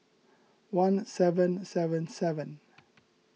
one seven seven seven